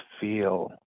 feel